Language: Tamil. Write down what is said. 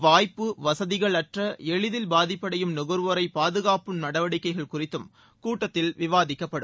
வாய்ப்பு வசதிகள் அற்ற எளிதில் பாதிப்படையும் நுகர்வோரை பாதுணக்கும் நடவடிக்கைகள் குறித்தும் கூட்டத்தில் விவாதிக்கப்படும்